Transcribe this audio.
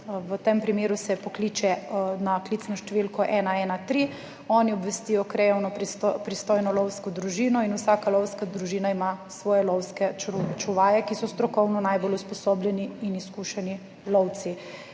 v tem primeru se pokliče na klicno številko 113. Oni obvestijo krajevno pristojno lovsko družino in vsaka lovska družina ima svoje lovske čuvaje, ki so strokovno najbolj usposobljeni in izkušeni lovci.